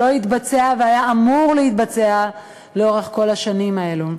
שלא התבצע והיה אמור להתבצע לאורך כל השנים האלו.